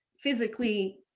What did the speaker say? physically